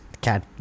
cat